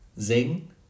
Zing